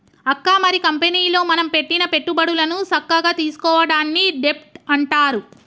అక్క మరి కంపెనీలో మనం పెట్టిన పెట్టుబడులను సక్కగా తీసుకోవడాన్ని డెబ్ట్ అంటారు